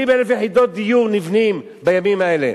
50,000 יחידות דיור נבנות בימים האלה.